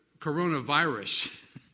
coronavirus